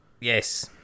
Yes